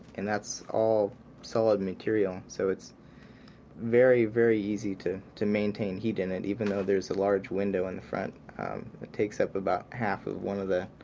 and that's all solid material. so it's very, very easy to to maintain heat in it, even though there's a large window in the front. it takes up about half of one of the